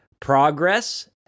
progress